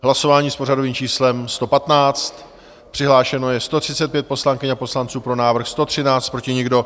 Hlasování s pořadovým číslem 115, přihlášeno je 135 poslankyň a poslanců, pro návrh 113, proti nikdo.